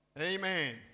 Amen